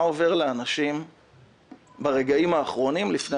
מה עובר לאנשים ברגעים האחרונים לפני